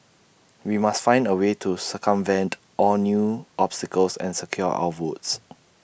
we must find A way to circumvent all new obstacles and secure our votes